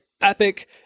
epic